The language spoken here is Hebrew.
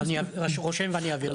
אני רושם ואני אעביר לך.